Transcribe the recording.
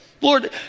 Lord